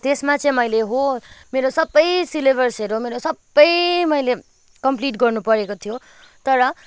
त्यसमा चाहिँ मैले हो मेरो सबै सिलेबसहरू मेरो सबै मैले कमप्लिट गर्नुपरेको थियो तर